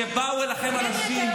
כשבאו אליכם אנשים,